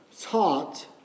taught